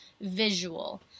visual